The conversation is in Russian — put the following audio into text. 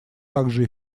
также